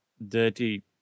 Dirty